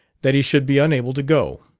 that he should be unable to go.